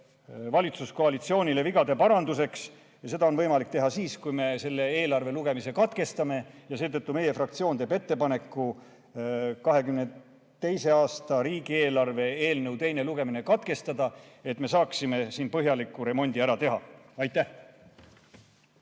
valitsuskoalitsioonile võimaluse vigade paranduseks. Seda on võimalik teha siis, kui me selle eelarve lugemise katkestame. Seetõttu teeb meie fraktsioon ettepaneku 2022. aasta riigieelarve eelnõu teine lugemine katkestada, et me saaksime siin põhjaliku remondi ära teha. Aitäh!